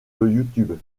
youtube